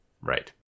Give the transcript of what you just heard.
right